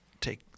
take